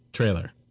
trailer